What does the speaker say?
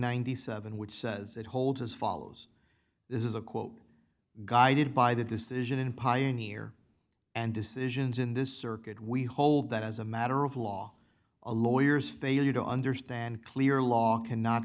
ninety seven which says it holds as follows this is a quote guided by the decision in pioneer and decisions in this circuit we hold that as a matter of law a lawyers failure to understand clear law cannot